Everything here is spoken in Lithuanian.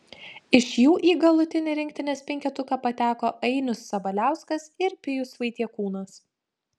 iš jų į galutinį rinktinės penketuką pateko ainius sabaliauskas ir pijus vaitiekūnas